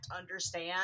understand